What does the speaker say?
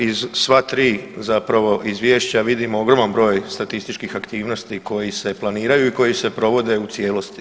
Iz sva tri zapravo izvješća vidimo ogroman broj statističkih aktivnosti koji se planiraju i koji se provode u cijelosti.